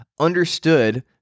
Understood